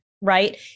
right